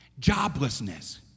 Joblessness